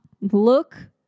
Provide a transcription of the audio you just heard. Look